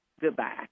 Goodbye